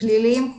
פליליים,